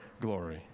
glory